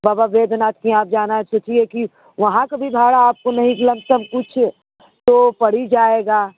बाबा वैद्यनाथ के यहाँ जाना है सोचिए कि वहाँ का भी भाड़ा आपको नहीं लम सम कुछ तो पर ही जाएगा